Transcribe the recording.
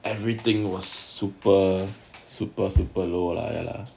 everything was super super super low lah ya lah